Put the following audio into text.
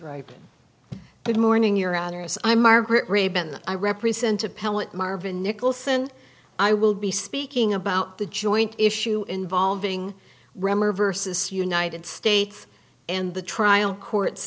right good morning your honor yes i'm margaret rebin i represent appellate marvin nicholson i will be speaking about the joint issue involving raemer versus united states in the trial courts